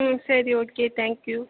ம் சரி okay thank you